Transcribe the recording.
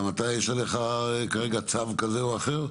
גם עליך יש כרגע צו כזה או אחר?